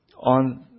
On